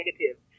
negative